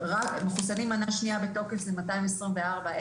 מחוסנים מנה שנייה בתוקף זה 224,000,